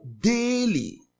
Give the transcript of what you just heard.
daily